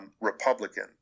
Republican